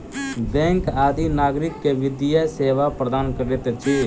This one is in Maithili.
बैंक आदि नागरिक के वित्तीय सेवा प्रदान करैत अछि